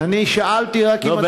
אני שאלתי רק אם אתה מאשר או לא.